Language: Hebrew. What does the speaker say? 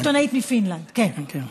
עיתונאית מפינלנד, כן.